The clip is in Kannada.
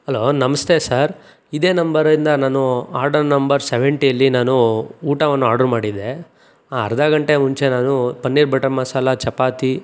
ಹಲೋ ನಮಸ್ತೆ ಸರ್ ಇದೆ ನಂಬರ್ ಇಂದ ನಾನು ಆರ್ಡರ್ ನಂಬರ್ ಸವೆಂಟಿಯಲ್ಲಿ ನಾನು ಊಟವನ್ನು ಆರ್ಡರ್ ಮಾಡಿದ್ದೆ ಅರ್ಧ ಘಂಟೆ ಮುಂಚೆ ನಾನು ಪನ್ನೀರ್ ಬಟರ್ ಮಸಾಲ ಚಪಾತಿ